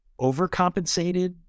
overcompensated